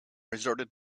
resorted